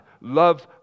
loves